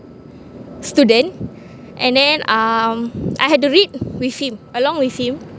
student and then um I had to read with him along with him